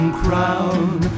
crown